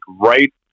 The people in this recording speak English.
right